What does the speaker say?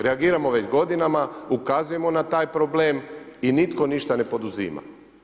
Reagiramo već godinama, ukazujemo na taj problem i nitko ništa ne poduzima.